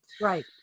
Right